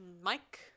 Mike